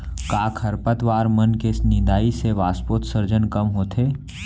का खरपतवार मन के निंदाई से वाष्पोत्सर्जन कम होथे?